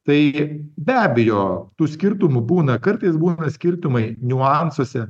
tai be abejo tų skirtumų būna kartais būna skirtumai niuansuose